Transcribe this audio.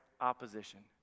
opposition